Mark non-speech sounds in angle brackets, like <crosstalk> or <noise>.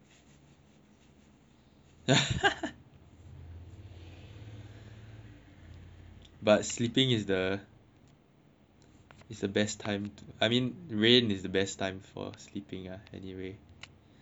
<laughs> but sleeping is the it's the best time to I mean rain the best time for sleeping ah anyway so that's a good thing